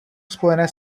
spojené